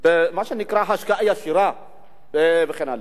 במה שנקרא השקעה ישירה וכן הלאה.